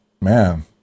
man